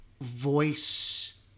voice